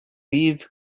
leave